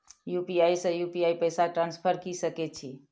UPI से UPI पैसा transfer की सके छी?